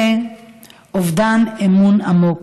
זה אובדן אמון עמוק,